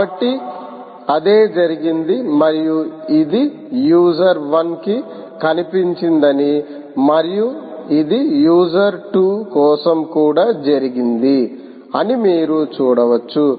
కాబట్టి అదే జరిగింది మరియు ఇది యూజర్ వన్ కి కనిపించిందని మరియు ఇది యూజర్ టూ కోసం కూడా జరిగింది అని మీరు చూడవచ్చు